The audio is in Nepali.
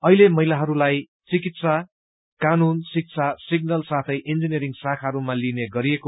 अहिले महिलाहरूलाई चिकित्सा कानून शिक्षा सिग्नल साथै इन्जिनियरिँग शाखाहरूमा लिइने गरिन्छ